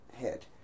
head